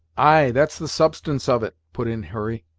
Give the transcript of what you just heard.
ay, that's the substance of it! put in hurry.